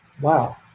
wow